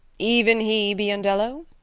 even he, biondello!